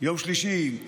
יום שלישי,